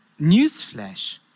newsflash